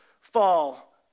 fall